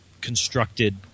constructed –